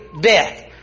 death